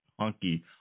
Honky